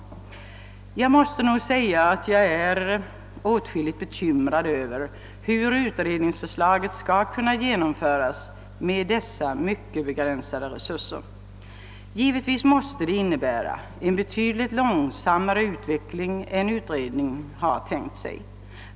Jag måste nog säga att jag är åtskilligt bekymrad över hur utredningsförslaget skall kunna genomföras med dessa mycket begränsade resurser. Givetvis måste det innebära en betydligt långsammare utveckling än utredningen tänkt sig.